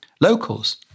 locals